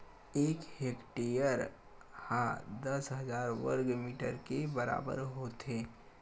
एक हेक्टेअर हा दस हजार वर्ग मीटर के बराबर होथे